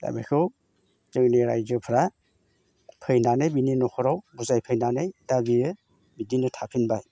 दा बेखौ जोंनि रायजोफ्रा फैनानै बिनि नखराव बुजायफैनानै दा बियो बिदिनो थाफिनबाय